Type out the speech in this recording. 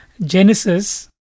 Genesis